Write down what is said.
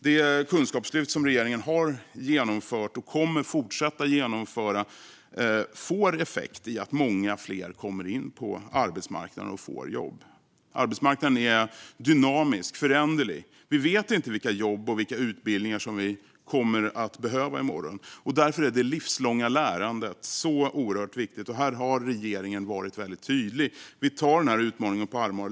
Det kunskapslyft som regeringen har genomfört och kommer att fortsätta att genomföra får effekten att många fler kommer in på arbetsmarknaden och får jobb. Arbetsmarknaden är dynamisk och föränderlig. Vi vet inte vilka jobb och vilka utbildningar som vi kommer att behöva i morgon, och därför är det livslånga lärandet så oerhört viktigt. Här har regeringen varit väldigt tydlig: Vi tar denna utmaning på allvar.